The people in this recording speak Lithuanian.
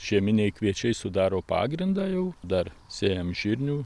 žieminiai kviečiai sudaro pagrindą jau dar sėjam žirnių